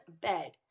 bed